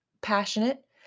passionate